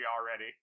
already